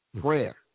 prayer